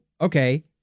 okay